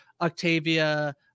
Octavia